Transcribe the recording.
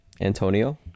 Antonio